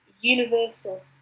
universal